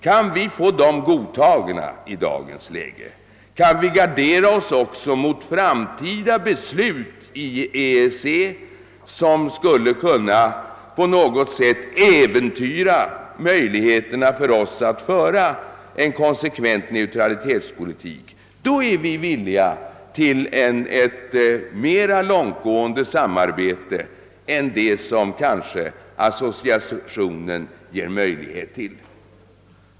Kan vi få dem godtagna i dagens läge och kan vi gardera oss mot framtida beslut i EEC, vilka på något sätt skulle kunna äventyra möjligheterna för oss att föra en konsekvent neutralitetspolitik, då är vi villiga till ett mer långtgående samarbete än det som en associering kanske ger möjlighet till.